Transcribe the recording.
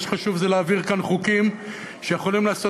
מה שחשוב זה להעביר כאן חוקים שיכולים לעשות